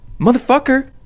motherfucker